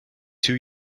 two